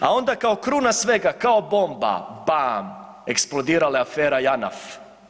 A onda kao kruna svega, kao bomba, pam, eksplodirala je afera Janaf.